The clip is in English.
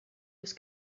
his